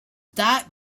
that